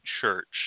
church